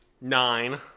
Nine